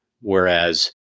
whereas